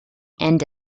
end